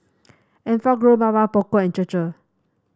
Enfagrow Mamy Poko and Chir Chir